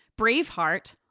Braveheart